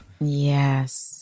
Yes